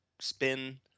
Spin